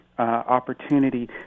Opportunity